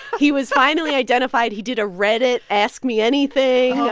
he was finally identified. he did a reddit ask me anything oh,